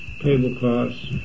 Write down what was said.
tablecloths